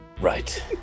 Right